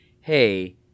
hey